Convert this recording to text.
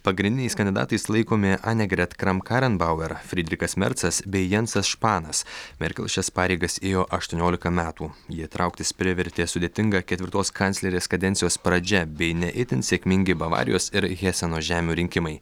pagrindiniais kandidatais laikomi anegret kramp karenbauva fridrichas mercas bei jensas španas merkel šias pareigas ėjo aštuoniolika metų ji trauktis privertė sudėtinga ketvirtos kanclerės kadencijos pradžia bei ne itin sėkmingi bavarijos ir heseno žemių rinkimai